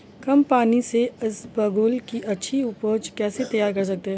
कम पानी से इसबगोल की अच्छी ऊपज कैसे तैयार कर सकते हैं?